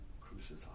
crucified